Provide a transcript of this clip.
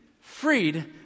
freed